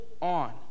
on